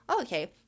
Okay